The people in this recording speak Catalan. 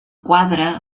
quadre